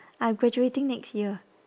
I'm graduating next year